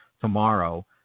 tomorrow